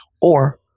Or-